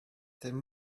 then